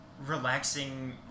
relaxing